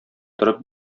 торып